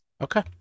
Okay